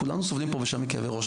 כולנו סובלים פה ושם מכאבי ראש.